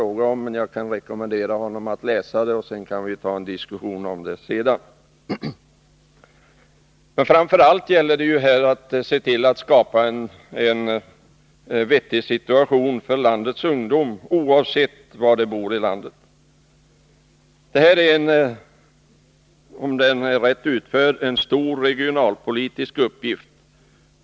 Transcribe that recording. Jag kan rekommendera honom att läsa det, så kan vi sedan ta en diskussion om det. Framför allt gäller det att skapa en vettig situation med arbete för landets ungdomar, oavsett var de bor. Det är, rätt utförd, en uppgift av stor regionalpolitisk betydelse.